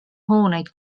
hooneid